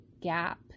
gap